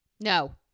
No